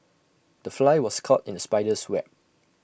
the fly was caught in the spider's web